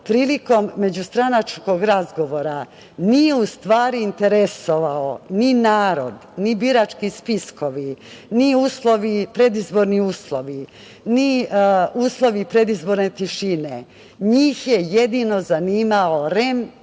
prilikom međustranačkog razgovora, nije stvari interesovao ni narod, ni birački spiskovi, ni predizborni uslovi, ni uslovi predizborne tišine, njih je jedino zanimao REM,